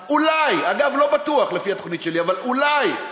ולהחליט אחת ולתמיד: מדינה דו-לאומית אחת,